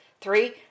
Three